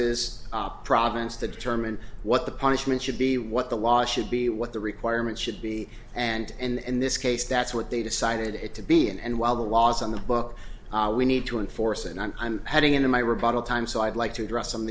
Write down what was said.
congress's province to determine what the punishment should be what the law should be what the requirements should be and in this case that's what they decided it to be and while the laws on the books we need to enforce and i'm heading into my rebuttal time so i'd like to address some of